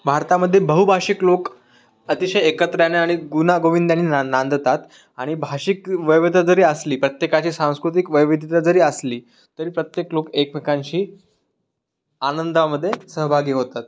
भारतामध्ये बहुभाषिक लोक अतिशय एकत्र्याने आणि गुण्यागोविंदाने नां नांदतात आणि भाषिक वैविध्य जरी असली प्रत्येकाची सांस्कृतिक विविधता जरी आसली तरी प्रत्येक लोक एकमेकांशी आनंदामध्ये सहभागी होतात